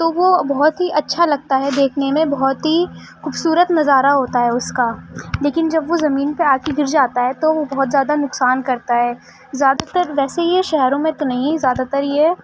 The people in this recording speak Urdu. تو وہ بہت ہی اچھا لگتا ہے دیکھنے میں بہت ہی خوبصورت نظارہ ہوتا ہے اس کا لیکن جب وہ زمین پہ آ کے گر جاتا ہے تو وہ بہت زیادہ نقصان کرتا ہے زیادہ تر ویسے یہ شہروں میں تو نہیں زیادہ تر یہ